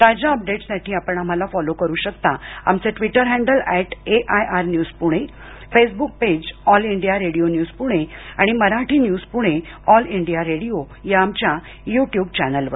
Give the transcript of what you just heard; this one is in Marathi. ताज्या अपडेट्ससाठी आपण आम्हाला फॉलो करु शकता आमचं Twitter handle at AIR news Pune Facebook page All India Radio News Pune आणि Marathi news Pune All India Radio या आमच्या युट्युब चॅनेलवर